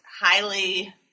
highly